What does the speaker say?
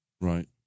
Right